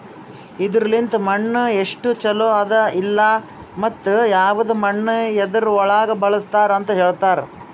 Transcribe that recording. ಇದುರ್ ಲಿಂತ್ ಮಣ್ಣು ಎಸ್ಟು ಛಲೋ ಅದ ಇಲ್ಲಾ ಮತ್ತ ಯವದ್ ಮಣ್ಣ ಯದುರ್ ಒಳಗ್ ಬಳಸ್ತಾರ್ ಅಂತ್ ಹೇಳ್ತಾರ್